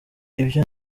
ibyo